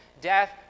death